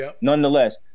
nonetheless